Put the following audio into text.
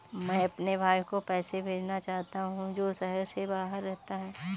मैं अपने भाई को पैसे भेजना चाहता हूँ जो शहर से बाहर रहता है